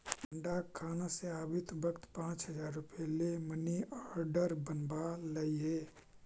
डाकखाना से आवित वक्त पाँच हजार रुपया ले मनी आर्डर बनवा लइहें